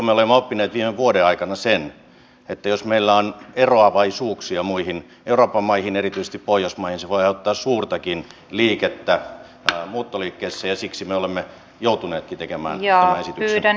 me olemme oppineet viime vuoden aikana sen että jos meillä on eroavaisuuksia muihin euroopan maihin erityisesti pohjoismaihin se voi aiheuttaa suurtakin liikettä muuttoliikkeessä ja siksi me olemme joutuneetkin tekemään tämän esityksen